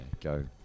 go